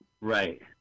right